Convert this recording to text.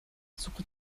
suche